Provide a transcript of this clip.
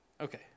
Okay